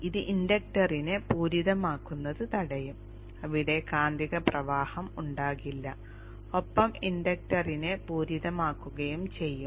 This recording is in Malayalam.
ഇത് ഇൻഡക്ടറിനെ പൂരിതമാക്കുന്നത് തടയും അവിടെ കാന്തിക പ്രവാഹം ഉണ്ടാകില്ല ഒപ്പം ഇൻഡക്ടറിനെ പൂരിതമാക്കുകയും ചെയ്യും